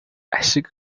ашиг